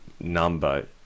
number